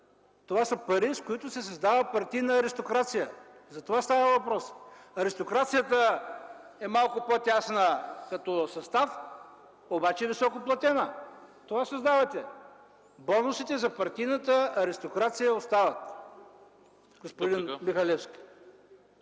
Това са пари, с които се създава партийна аристокрация – за това става въпрос. Аристокрацията е малко по-тясна като състав, обаче високоплатена. Това създавате! Бонусите за партийната аристокрация остават, господин Михалевски.